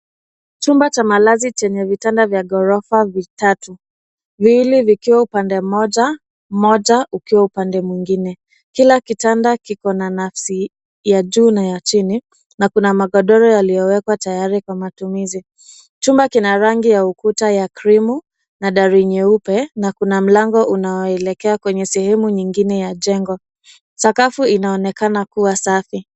Chumba cha malazi chenye vitanda vya ghorofa vitatu viwili vikiwa upande mmoja, mmoja ukiwa upande mwingine. Kila kitanda kiko na nafsi ya juu na ya chini na kuna magodoro yaliyowekwa tayari kwa matumizi. Chumba kina rangi ya ukuta ya krimu na dari nyeupe na kuna mlango unaoelekea kwenye sehemu nyingine ya jengo sakafu inaonekana kuwa safi.